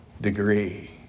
degree